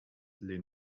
lès